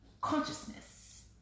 consciousness